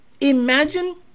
Imagine